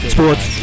Sports